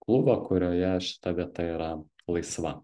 klubą kurioje šita vieta yra laisva